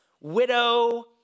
widow